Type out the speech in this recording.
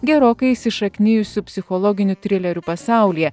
gerokai įsišaknijusių psichologinių trilerių pasaulyje